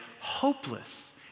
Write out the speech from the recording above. hopeless